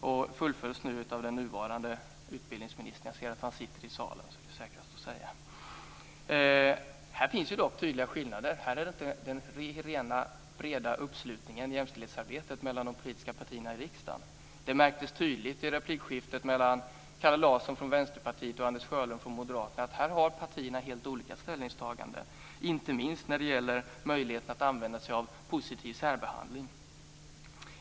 Det fullföljs nu av den nuvarande utbildningsministern. Jag ser att han sitter i salen, så det är säkrast att säga det. Här finns dock tydliga skillnader. Här har vi inte den breda uppslutningen i jämställdhetsarbetet mellan de politiska partierna i riksdagen. Det märktes tydligt i replikskiftet mellan Kalle Larsson från Vänsterpartiet och Anders Sjölund från Moderaterna att här har partierna helt olika ställningstaganden, inte minst när det gäller möjligheten att använda sig av positiv särbehandling.